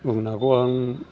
गुबुनाखौ आं